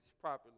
properly